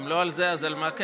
אם לא על זה, אז על מה כן.